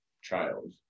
child